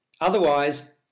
Otherwise